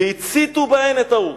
והציתו בהן את האור.